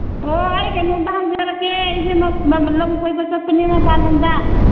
ꯑꯣ ꯑꯩ ꯀꯩꯅꯣꯝꯇ ꯍꯪꯖꯔꯛꯀꯦ ꯑꯩꯁꯦ ꯂꯝ ꯀꯣꯏꯕ ꯆꯠꯄꯅꯦ ꯃꯄꯥꯟꯂꯣꯝꯗ